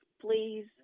please